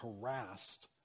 harassed